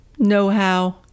know-how